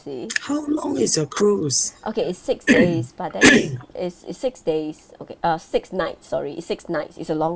see okay it's six days but then it's it's it's six days okay uh six nights sorry it's six nights it's a long